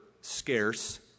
scarce